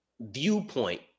viewpoint